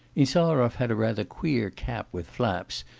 insarov had a rather queer cap with flaps,